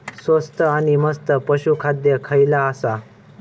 स्वस्त आणि मस्त पशू खाद्य खयला आसा?